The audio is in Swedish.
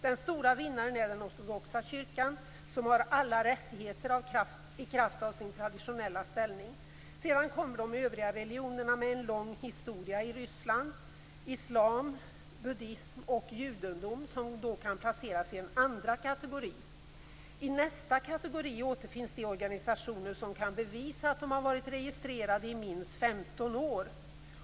Den stora vinnaren är den ortodoxa kyrkan som har alla rättigheter i kraft av sin traditionella ställning. Sedan kommer de övriga religionerna med en lång historia i Ryssland, islam, buddhism och judendom, som placeras i en andra kategori. I nästa kategori återfinns de organisationer som kan bevisa att de varit registrerade i minst 15 år.